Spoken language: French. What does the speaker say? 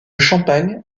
champagne